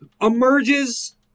emerges